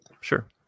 Sure